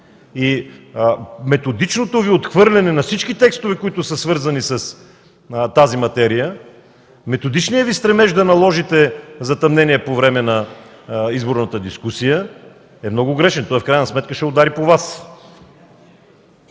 Методичното Ви отхвърляне на всички текстове, които са свързани с тази материя, методичният Ви стремеж да наложите затъмнение по време на изборната дискусия, е много грешен. Той в крайна сметка ще удари по Вас.